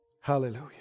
Hallelujah